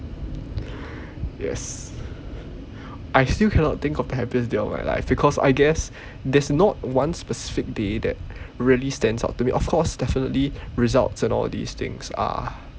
yes I still cannot think of the happiest day of my life because I guess there's not one specific day that really stands out to me of course definitely results and all these things are